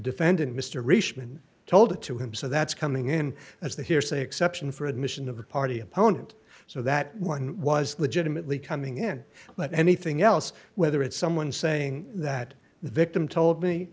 defendant mr richmond told it to him so that's coming in as the hearsay exception for admission of a party opponent so that one was legitimately coming in but anything else whether it's someone saying that the victim told me